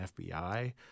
FBI